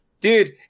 dude